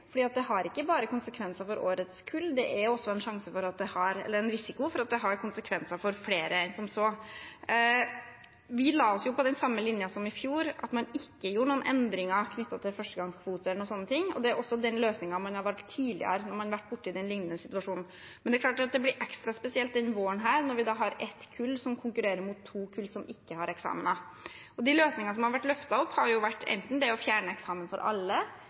det har ikke bare konsekvenser for årets kull – det er også en risiko for at det har konsekvenser for flere enn som så. Vi la oss på den samme linjen som i fjor, at man ikke gjorde noen endringer knyttet til førstegangskvote eller sånne ting, og det er også den løsningen man har valgt tidligere når man har vært borti en lignende situasjon. Men det er klart at det blir ekstra spesielt denne våren, når vi har ett kull som konkurrerer mot to kull som ikke har eksamener. De løsningene som har vært løftet fram, har jo vært enten å fjerne eksamen for alle,